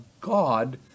God